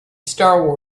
star